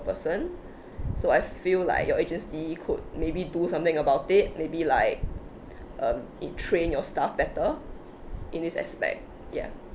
person so I feel like your agency could maybe do something about it maybe like um r~ train your staff better in this aspect ya